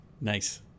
Nice